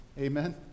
Amen